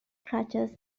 crutches